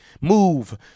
Move